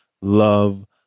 love